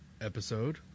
episode